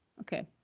Okay